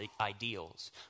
ideals